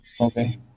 Okay